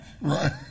Right